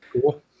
Cool